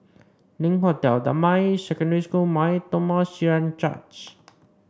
Link Hotel Damai Secondary School Mar Thoma Syrian Church